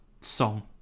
song